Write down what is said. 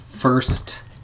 first